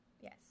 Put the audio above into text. Yes